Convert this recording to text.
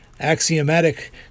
axiomatic